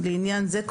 לעניין זה,